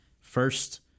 first